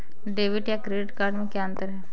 Debit या credit card में क्या अन्तर है?